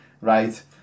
Right